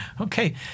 Okay